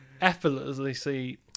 effortlessly